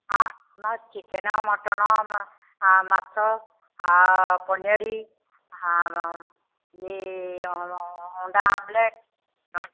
ହଁ ମ chicken mutton ଆଉ ମାଛ ପନିରି ଇଏ ଅଣ୍ଡା ଆମ୍ଲେଟ୍